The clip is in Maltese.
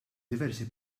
diversi